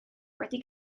wedi